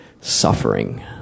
suffering